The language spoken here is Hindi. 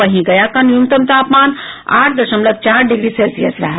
वहीं गया का न्यूनतम तापमान आठ दशमलव चार डिग्री सेल्सियस रहा